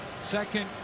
Second